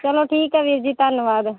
ਚੱਲੋ ਠੀਕ ਹੈ ਵੀਰ ਜੀ ਧੰਨਵਾਦ